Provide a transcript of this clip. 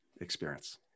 experience